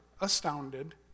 astounded